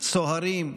סוהרים,